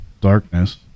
darkness